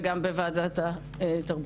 וגם בוועדת התרבות.